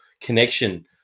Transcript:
connection